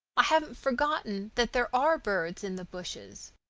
i haven't forgotten that there are birds in the bushes.